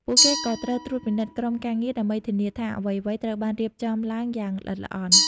ពួកគេក៏ត្រូវត្រួតពិនិត្យក្រុមការងារ ដើម្បីធានាថាអ្វីៗត្រូវបានរៀបចំឡើងយ៉ាងល្អិតល្អន់។